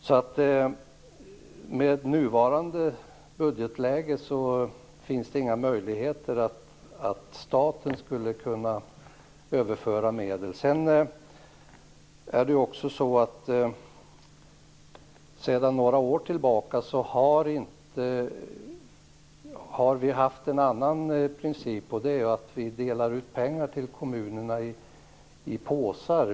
I det nuvarande budgetläget finns det inga möjligheter att staten skulle kunna överföra medel. Sedan några år tillbaka har vi haft en annan princip, nämligen att vi delar ut pengar till kommunerna i påsar.